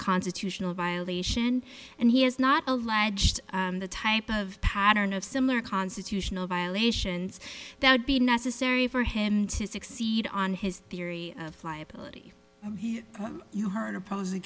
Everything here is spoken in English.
constitutional violation and he has not alleged the type of pattern of similar constitutional violations that would be necessary for him to succeed on his theory of liability you heard opposing